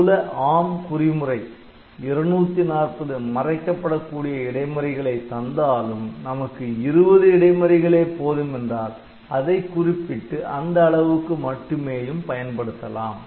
மூல ARM குறிமுறை 240 மறைக்கப்படக் கூடிய இடைமறிகளை தந்தாலும் நமக்கு 20 இடைமறிகளே போதும் என்றால் அதைக் குறிப்பிட்டு அந்த அளவுக்கு மட்டுமேயும் பயன்படுத்தலாம்